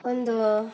ಒಂದು